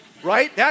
right